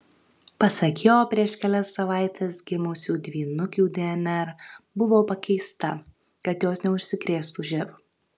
pasak jo prieš kelias savaites gimusių dvynukių dnr buvo pakeista kad jos neužsikrėstų živ